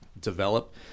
develop